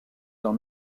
dans